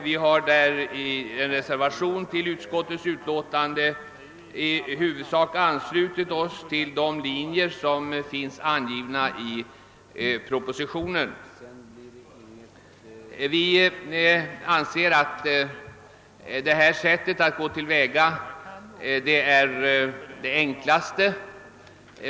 Vi har i en reserva tion till utskottets utlåtande anslutit oss till de linjer som finns angivna i propositionen. Vi anser att detta sätt att gå till väga är det enklaste.